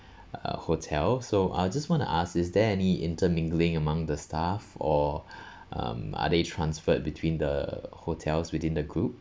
uh hotel so I just want to ask is there any intermingling among the staff or um are they transferred between the hotels within the group